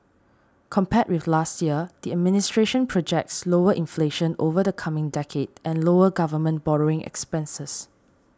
compared with last year the administration projects lower inflation over the coming decade and lower government borrowing expenses